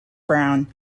brown